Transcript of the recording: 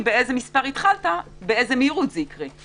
באיזה מספר התחלת ובאיזה מהירות זה יקרה,